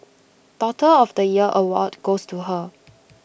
daughter of the year award goes to her